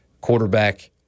quarterback